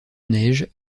neige